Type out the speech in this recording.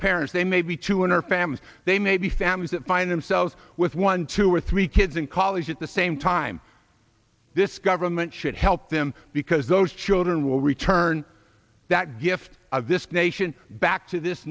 parents they may be two hundred families they may be families that find themselves with one two or three kids in college at the same time this government should help them because those children will return that gift of this nation back to this